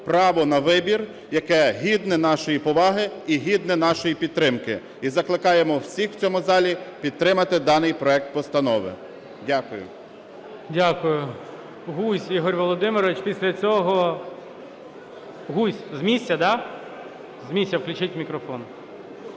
право на вибір, яке гідне нашої поваги і гідне нашої підтримки. І закликаємо всіх в цьому залі підтримати даний проект Постанови. Дякую. ГОЛОВУЮЧИЙ. Дякую. Гузь Ігор Володимирович. Після цього… Гузь. З місця, да? З місця, включіть мікрофон.